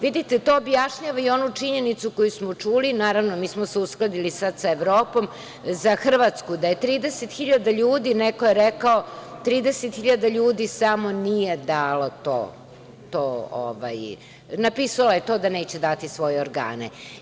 Vidite, to objašnjava i onu činjenicu koju smo čuli, naravno mi smo se uskladili sada sa Evropom, za Hrvatsku, da je 30 hiljada ljudi, neko je rekao 30 hiljada ljudi samo nije dalo to, napisalo je to da neće dati svoje organe.